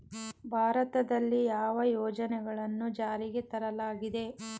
ಭಾರತದಲ್ಲಿ ಯಾವ ಯೋಜನೆಗಳನ್ನು ಜಾರಿಗೆ ತರಲಾಗಿದೆ?